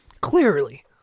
Clearly